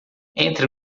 entre